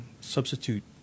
substitute